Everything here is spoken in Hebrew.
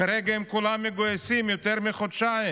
כרגע הם כולם מגויסים, יותר מחודשיים.